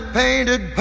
painted